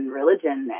religion